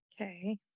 Okay